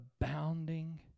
abounding